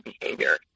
behavior